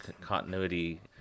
continuity